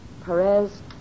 Perez